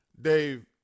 Dave